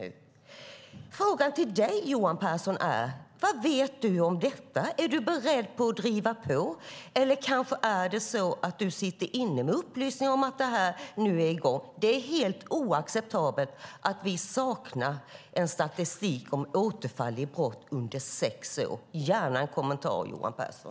Min fråga till Johan Pehrson är: Vad vet du om detta? Är du beredd att driva på? Sitter du kanske inne med upplysningar om att detta nu är i gång? Det är helt oacceptabelt att vi saknar statistik för sex år om återfall i brott. Jag vill gärna ha en kommentar från Johan Pehrson.